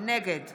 נגד